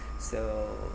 so